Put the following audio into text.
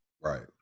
Right